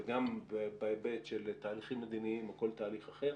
וגם בהיבט של תהליכים מדיניים או כל תהליך אחר.